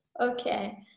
okay